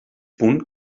punt